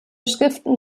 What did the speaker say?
schriften